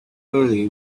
early